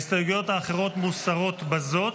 ההסתייגויות האחרות מוסרות בזאת.